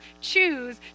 choose